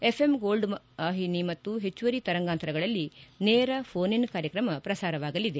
FM gold ವಾಹಿತಿ ಮತ್ತು ಹೆಚ್ಚುವರಿ ತರಂಗಾಂತರಗಳಲ್ಲಿ ನೇರ ಘೋನ್ ಇನ್ ಪ್ರಸಾರವಾಗಲಿದೆ